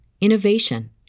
innovation